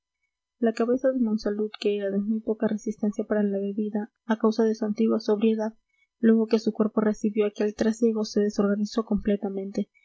la cabeza de monsalud que era de muy poca resistencia para la bebida a causa de su antigua sobriedad luego que su cuerpo recibió aquel trasiego se desorganizó completamente